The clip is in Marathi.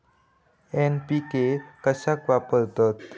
एन.पी.के कशाक वापरतत?